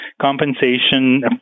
compensation